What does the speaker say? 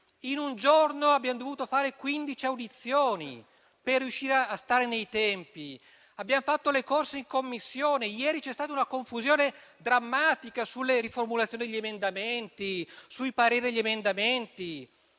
In un giorno abbiamo dovuto svolgere quindici audizioni per riuscire a stare nei tempi. Abbiamo fatto le corse in Commissione. Ieri c'è stata una confusione drammatica sulle riformulazioni degli emendamenti e sui pareri agli emendamenti.